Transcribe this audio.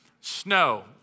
snow